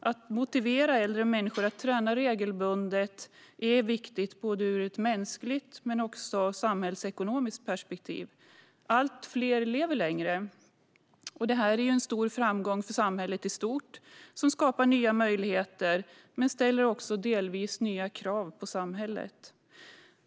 Att motivera äldre människor att träna regelbundet är därför viktigt både ur ett mänskligt och ur ett samhällsekonomiskt perspektiv. Allt fler lever längre, något som är en stor framgång för samhället i stort och som skapar nya möjligheter, men det ställer också delvis nya krav på samhället.